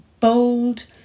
bold